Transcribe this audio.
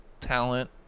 talent